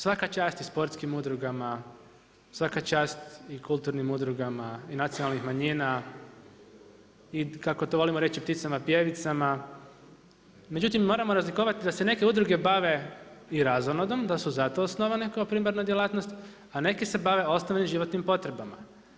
Svaka čast i sportskim udrugama, svaka čast i kulturnim udrugama i nacionalnih manjina i kako to volimo reći pticama pjevicama, međutim moramo razlikovati da se neke udruge bave i razonodom, da su zato osnovane kao primarna djelatnost a neki se bave osnovnim životnim potrebama.